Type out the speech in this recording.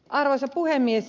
arvoisa puhemies